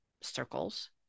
circles